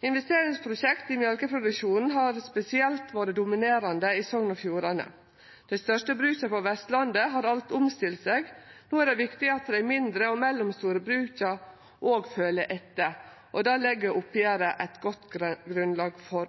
Investeringsprosjekt i mjølkeproduksjonen har spesielt vore dominerande i Sogn og Fjordane. Dei største bruka på Vestlandet har alt omstilt seg, no er det viktig at dei mindre og mellomstore bruka følgjer etter, og det legg oppgjeret eit godt grunnlag for.